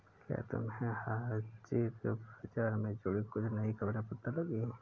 क्या तुम्हें हाजिर बाजार से जुड़ी कुछ नई खबरें पता लगी हैं?